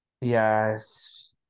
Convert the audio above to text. Yes